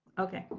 okay.